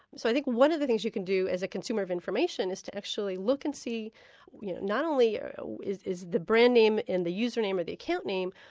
so i think one of the things you could do as a consumer of information is to actually look and see not only is is the brand name and the user name or the account name,